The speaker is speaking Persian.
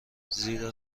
زیرا